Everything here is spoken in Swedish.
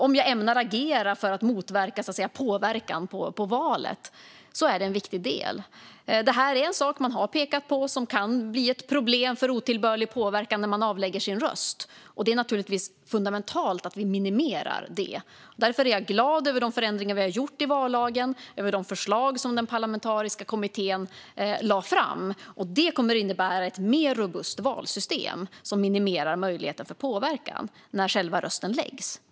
För mig är detta självklart en viktig del. Otillbörlig påverkan när en person avlägger sin röst är en sak man har pekat på och som kan bli ett problem. Det är naturligtvis fundamentalt att vi minimerar det. Därför är jag glad över de förändringar vi har gjort i vallagen och de förslag som den parlamentariska kommittén lade fram. De kommer att innebära ett mer robust valsystem som minimerar möjligheten för påverkan när själva rösten läggs.